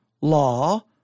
law